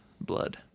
blood